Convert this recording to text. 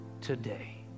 today